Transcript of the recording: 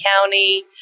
County